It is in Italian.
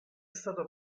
stato